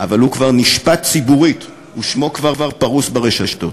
אבל הוא כבר נשפט ציבורית ושמו כבר פרוס ברשתות.